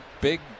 big